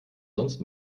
sonst